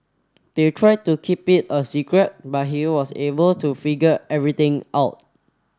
they tried to keep it a secret but he was able to figure everything out